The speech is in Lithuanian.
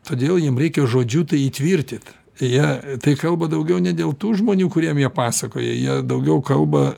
todėl jiem reikia žodžiu tai įtvirtyt tai jie tai kalba daugiau ne dėl tų žmonių kuriem jie pasakoja jie daugiau kalba